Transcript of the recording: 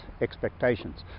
expectations